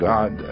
God